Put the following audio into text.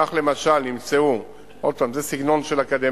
כך, למשל, נמצאו, עוד פעם, זה סגנון של אקדמאים,